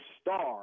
star